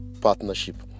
partnership